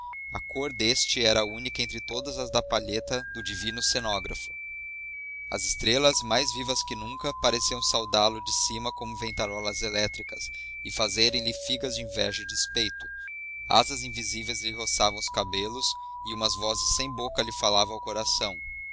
a cor deste era única entre todas as da palheta do divino cenógrafo as estrelas mais vivas que nunca pareciam saudá-lo de cima com ventarolas elétricas ou fazerem lhe figas de inveja e despeito asas invisíveis lhe roçavam os cabelos e umas vozes sem boca lhe falavam ao coração